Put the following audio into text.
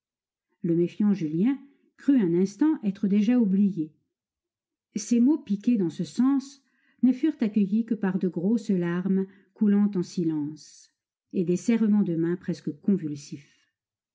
le méfiant julien crut un instant être déjà oublié ses mots piqués dans ce sens ne furent accueillis que par de grosses larmes coulant en silence et des serrements de mains presque convulsifs